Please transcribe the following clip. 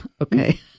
Okay